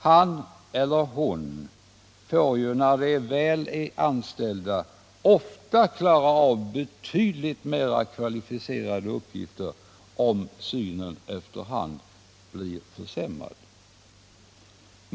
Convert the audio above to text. Han eller hon får ju, när anställningen väl är klar, ofta fullgöra betydligt mera kvalificerade uppgifter om synen efter hand blir försämrad.